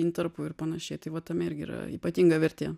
intarpų ir panašiai tai va tame irgi yra ypatinga vertė